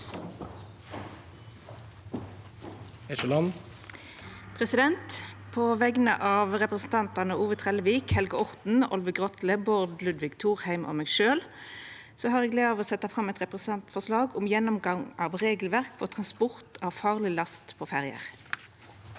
På vegner av re- presentantane Ove Trellevik, Helge Orten, Olve Grotle, Bård Ludvig Thorheim og meg sjølv har eg gleda av å setja fram eit representantforslag om ny gjennomgang av regelverk for transport av farleg last på ferjer.